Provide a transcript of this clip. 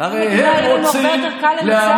יהיה לנו הרבה יותר קל לנצח אותם בזירה המשפטית,